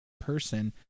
person